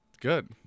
good